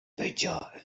picture